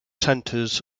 centers